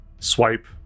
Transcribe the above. swipe